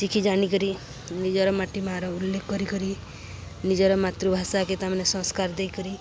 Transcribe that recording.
ଶିଖି ଜାନିକରି ନିଜର ମାଟି ମାଆର ଉଲ୍ଲେଖ କରି କରି ନିଜର ମାତୃଭାଷାକେ ତାମାନେ ସଂସ୍କାର ଦେଇକରି